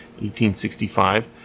1865